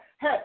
hey